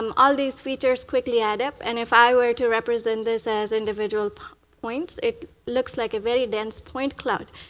um all these features quickly add up. and if i were to represent this as individual points, it looks like a very dense point cloud.